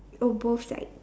oh both side